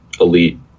elite